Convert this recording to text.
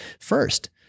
first